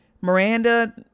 Miranda